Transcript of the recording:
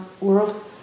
world